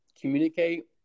communicate